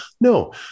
No